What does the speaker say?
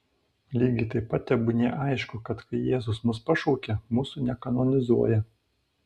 lygiai taip pat tebūnie aišku kad kai jėzus mus pašaukia mūsų nekanonizuoja